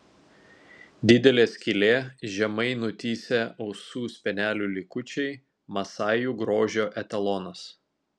didelė skylė žemai nutįsę ausų spenelių likučiai masajų grožio etalonas